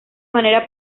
manera